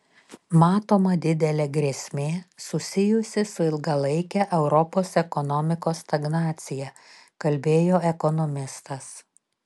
matoma didelė grėsmė susijusi su ilgalaike europos ekonomikos stagnacija kalbėjo ekonomistas